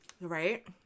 Right